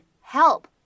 help